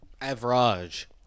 Average